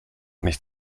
nicht